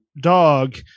dog